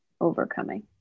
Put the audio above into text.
overcoming